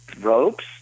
ropes